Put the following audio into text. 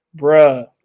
bruh